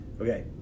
okay